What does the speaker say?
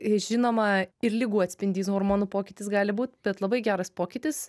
žinoma ir ligų atspindys hormonų pokytis gali būt bet labai geras pokytis